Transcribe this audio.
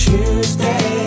Tuesday